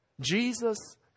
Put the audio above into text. Jesus